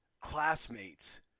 classmates